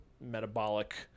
metabolic